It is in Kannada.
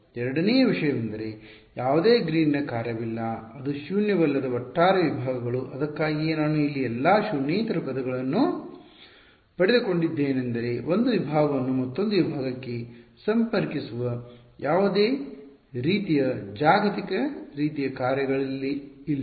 ಎರಡನೆಯ ವಿಷಯವೆಂದರೆ ಯಾವುದೇ ಗ್ರೀನ್ನ ಕಾರ್ಯವಿಲ್ಲ ಅದು ಶೂನ್ಯವಲ್ಲದ ಒಟ್ಟಾರೆ ವಿಭಾಗಗಳು ಅದಕ್ಕಾಗಿಯೇ ನಾನು ಇಲ್ಲಿ ಎಲ್ಲಾ ಶೂನ್ಯೇತರ ಪದಗಳನ್ನು ಪಡೆದುಕೊಂಡಿದ್ದೇನೆಂದರೆ 1 ವಿಭಾಗವನ್ನು ಮತ್ತೊಂದು ವಿಭಾಗಕ್ಕೆ ಸಂಪರ್ಕಿಸುವ ಯಾವುದೇ ರೀತಿಯ ಜಾಗತಿಕ ರೀತಿಯ ಕಾರ್ಯಗಳಿಲ್ಲ